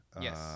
Yes